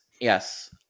yes